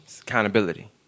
accountability